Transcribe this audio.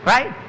Right